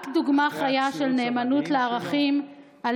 רק דוגמה חיה של נאמנות לערכים הגדולים